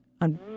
on